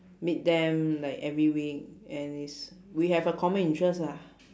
meet them like every week and is we have a common interest lah